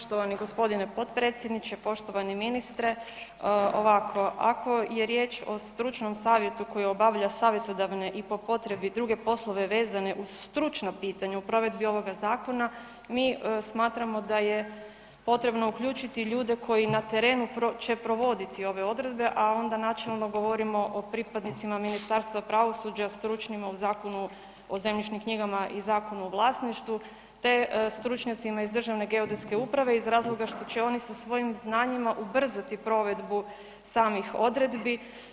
Poštovani gospodine potpredsjedniče, poštovani ministre ovako, ako je riječ o stručnom savjetu koji obavlja savjetodavne i po potrebi druge poslove vezane uz stručna pitanja u provedbi ovoga zakona mi smatramo da je potrebo uključiti ljude koji na terenu će provoditi ove odredbe, a onda načelno govorimo o pripadnicima Ministarstva pravosuđa stručnima u Zakonu o zemljišnim knjigama i Zakonu o vlasništvu te stručnjacima iz Državne geodetske uprave iz razloga što će oni sa svojim znanjima ubrzati provedbu samih odredbi.